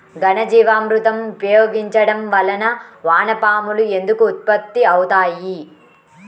ఘనజీవామృతం ఉపయోగించటం వలన వాన పాములు ఎందుకు ఉత్పత్తి అవుతాయి?